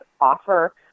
offer